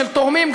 של תורמים,